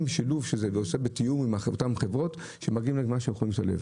עם שילוב ובתיאום עם אותן חברות שמגיעים למה שהם יכולים לשלב.